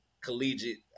collegiate